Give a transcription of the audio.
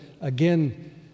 again